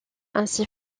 ainsi